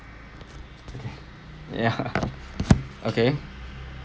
ya okay